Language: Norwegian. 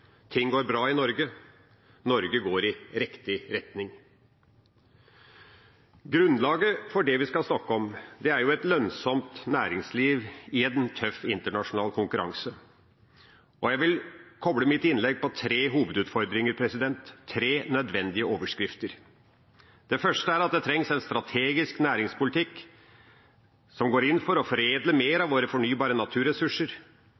Ting går bra i Norge. Norge går i riktig retning. Grunnlaget for det vi skal snakke om, er et lønnsomt næringsliv i en tøff internasjonal konkurranse. Jeg vil koble mitt innlegg til tre hovedutfordringer, tre nødvendige overskrifter: For det første trengs det en strategisk næringspolitikk, som går inn for å foredle mer